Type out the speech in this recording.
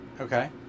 okay